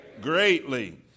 greatly